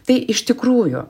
tai iš tikrųjų